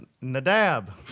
Nadab